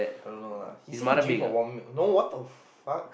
I don't know lah he say he gym for one month no what the fuck